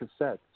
cassettes